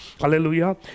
Hallelujah